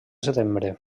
setembre